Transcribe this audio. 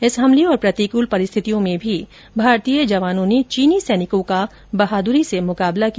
इस अचानक हमले और प्रतिकूल परिस्थितियों में भी भारतीय जवानों ने चीनी सैनिकों का बहादुरी से मुकाबला किया